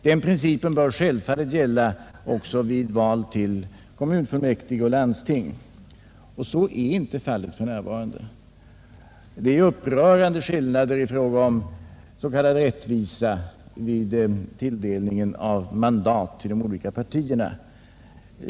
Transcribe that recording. Den principen bör självfallet gälla även vid val till kommunfullmäktige och landsting. Så är emellertid inte fallet för närvarande. Det är upprörande skillnader i fråga om s.k. rättvisa vid tilldelningen av mandat till de olika partierna.